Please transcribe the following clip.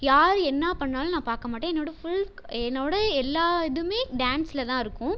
யார் என்ன பண்ணாலும் நான் பார்க்க மாட்டேன் என்னோடய ஃபுல் என்னோடய எல்லா இதுவுமே டான்ஸில் தான் இருக்கும்